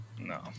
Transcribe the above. No